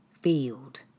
field